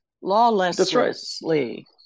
lawlessly